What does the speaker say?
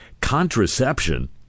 contraception